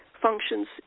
functions